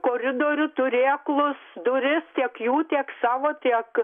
koridorių turėklus duris tiek jų tiek savo tiek